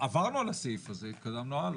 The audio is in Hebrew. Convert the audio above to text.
עברנו על הסעיף הזה, התקדמנו הלאה.